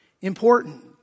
Important